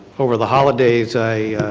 over the holidays i